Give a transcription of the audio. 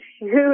huge